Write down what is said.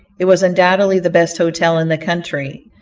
it was undoubtedly the best hotel in the country.